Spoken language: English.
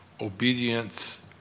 Obedience